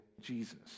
Jesus